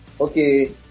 Okay